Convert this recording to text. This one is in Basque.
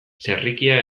txerrikia